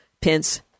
Pence